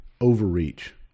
overreach